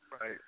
right